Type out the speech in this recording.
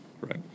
right